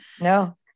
No